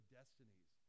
destinies